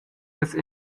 las